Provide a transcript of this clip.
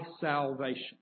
salvation